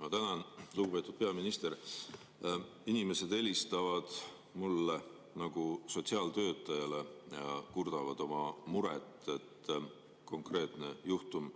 Ma tänan! Lugupeetud peaminister! Inimesed helistavad mulle nagu sotsiaaltöötajale ja kurdavad oma muret. Konkreetne juhtum: